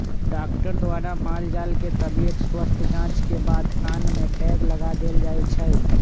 doctor द्वारा माल जाल के तबियत स्वस्थ जांच के बाद कान में टैग लगा देल जाय छै